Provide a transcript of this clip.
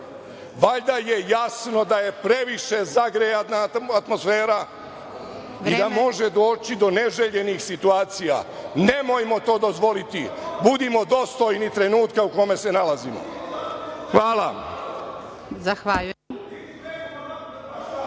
učine. Valjda je jasno da je previše zagrejana atmosfera i da može doći do neželjenih situacija. Nemojmo to dozvoliti, budimo dostojni trenutka u kome se nalazimo. Hvala. **Elvira